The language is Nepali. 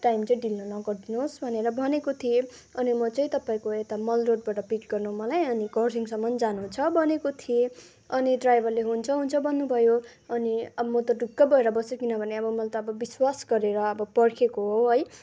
टाइम चाहिँ ढिलो नगरिदिनुहोस् भनेर भनेको थिएँ अनि म चाहिँ तपाईँको यता मल रोडबाट पिक गर्नु मलाई अनि खरसाङसम्म जानु छ भनेको थिएँ अनि ड्राइभरले हुन्छ हुन्छ भन्नुभयो अनि अब म त ढुक्क भएर बसेँ किनभने अब मैले त अब विश्वास गरेर अब पर्खेको हो है